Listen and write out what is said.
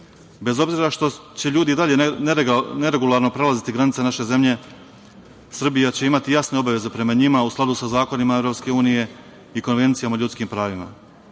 Bez obzira što će ljudi i dalje neregularno prelaziti granice naše zemlje Srbija će imati jasne obaveze prema njima u skladu sa zakonima EU i konvencijama o ljudskim pravima. Stav